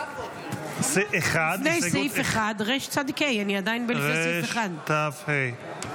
בבקשה, לפני סעיף 1, הסתייגות 1 לחלופין רצ"ה.